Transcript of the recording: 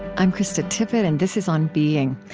i'm krista tippett, and this is on being.